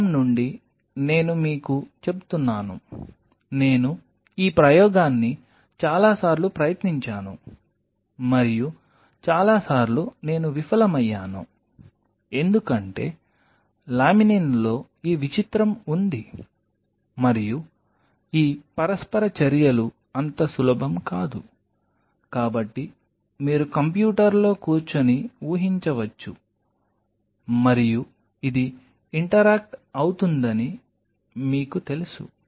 అనుభవం నుండి నేను మీకు చెబుతున్నాను నేను ఈ ప్రయోగాన్ని చాలాసార్లు ప్రయత్నించాను మరియు చాలా సార్లు నేను విఫలమయ్యాను ఎందుకంటే లామినిన్లో ఈ విచిత్రం ఉంది మరియు ఈ పరస్పర చర్యలు అంత సులభం కాదు కాబట్టి మీరు కంప్యూటర్లో కూర్చొని ఊహించవచ్చు మరియు ఇది ఇంటరాక్ట్ అవుతుందని మీకు తెలుసు